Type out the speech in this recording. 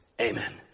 Amen